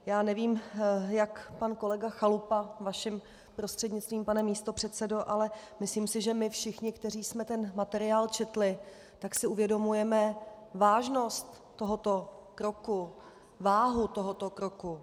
Já nevím, jak pan kolega Chalupa, vaším prostřednictvím pane místopředsedo, ale myslím si, že my všichni, kteří jsme ten materiál četli, si uvědomujeme vážnost tohoto kroku, váhu tohoto kroku.